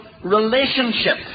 relationship